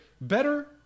better